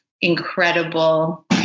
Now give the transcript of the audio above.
incredible